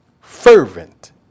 fervent